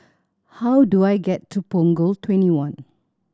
how do I get to Punggol Twenty one